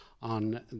on